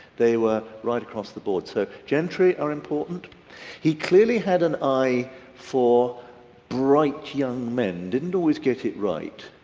they were right across the board. so gentry are important he clearly had an eye for bright young men, didn't always get it right.